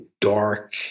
dark